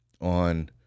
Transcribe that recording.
on